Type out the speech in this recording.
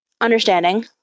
understanding